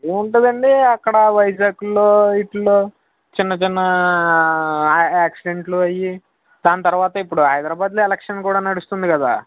ఏముంటుంది అండి అక్కడ వైజాగులో విటీలో చిన్న చిన్న యాక్సిడెంట్లు అవీ దాని తరువాత ఇప్పుడు హైదరాబాదులో ఎలక్షన్ కూడా నడుస్తుంది కదా